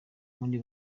muri